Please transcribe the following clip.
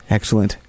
Excellent